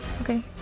Okay